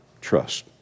trust